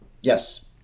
Yes